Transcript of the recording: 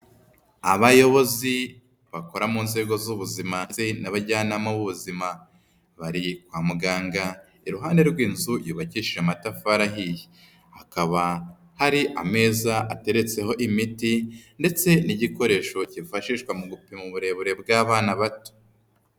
Abayobozi bakora mu nzego z'ubuzima ndetse n'abajyanama b'ubuzima, bari kwa muganga iruhande rw'inzu yubakishije amatafari ahiye, hakaba hari ameza ateretseho imiti ndetse n'igikoresho kifashishwa mu gupima uburebure bw'abana bato.